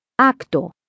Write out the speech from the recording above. Acto